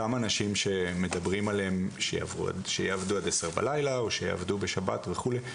אותם אנשים שמדברים עליהם שיעבדו עד 22:00 או שיעבוד בשבת וכולי,